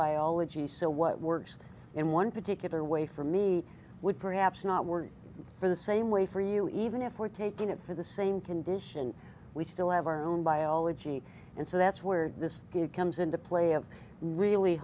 biology so what works in one particular way for me would perhaps not work for the same way for you even if we're taking it for the same condition we still have our own biology and so that's where this comes into play of really